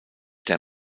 der